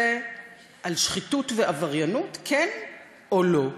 זה על שחיתות ועבריינות, כן או לא,